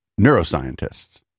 neuroscientists